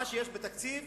מה שיש בתקציב